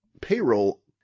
payroll